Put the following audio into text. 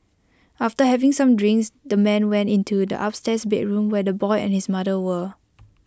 after having some drinks the man went into the upstairs bedroom where the boy and his mother were